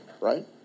Right